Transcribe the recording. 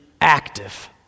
active